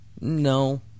No